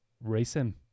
racing